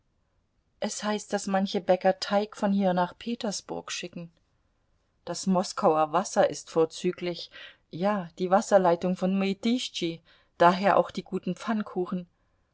es heißt daß manche bäcker teig von hier nach petersburg schicken das moskauer wasser ist vorzüglich ja die wasserleitung von mütischtschi daher auch die guten pfannkuchen